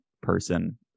person